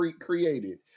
created